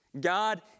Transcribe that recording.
God